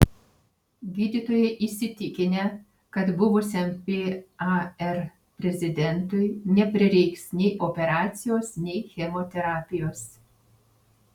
gydytojai įsitikinę kad buvusiam par prezidentui neprireiks nei operacijos nei chemoterapijos